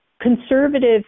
conservative